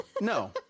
No